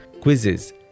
quizzes